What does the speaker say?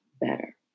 better